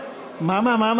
מה?